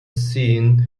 seem